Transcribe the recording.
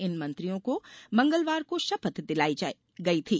इन मंत्रियों को मंगलवार को शपथ दिलाई गई थी